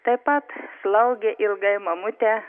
taip pat slaugė ilgai mamutę